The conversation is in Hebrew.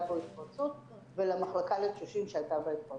בו התפרצות ולמחלקה לתשושים שהייתה בה התפרצות.